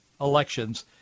elections